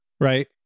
right